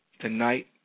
tonight